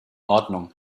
ordnung